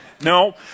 no